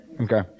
Okay